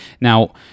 Now